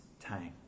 time